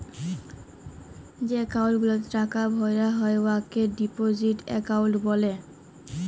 যে একাউল্ট গুলাতে টাকা ভরা হ্যয় উয়াকে ডিপজিট একাউল্ট ব্যলে